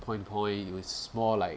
point point its more like